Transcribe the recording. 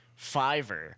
fiverr